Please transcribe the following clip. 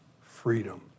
freedom